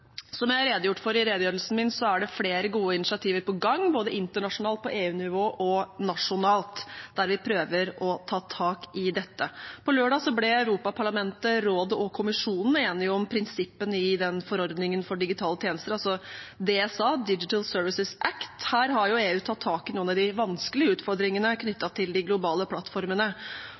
Som det er redegjort for i redegjørelsen min, er det flere gode initiativer på gang, både internasjonalt, på EU-nivå og nasjonalt, der vi prøver å ta tak i dette. På lørdag ble Europaparlamentet, Ministerrådet og Kommisjonen enige om prinsippene i forordningen for digitale tjenester, altså Digital Services Act, DSA. Her har EU tatt tak i noen av de vanskelige utfordringene knyttet til de globale plattformene,